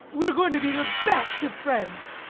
we are going to be the best of friends,